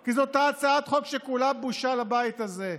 כי זאת הצעת חוק שכולה בושה לבית הזה.